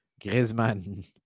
Griezmann